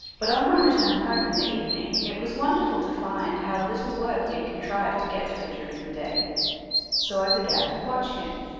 but on my return home in the evening it was wonderful to find how little work he had contrived to get through during the day so i began to watch him.